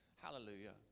hallelujah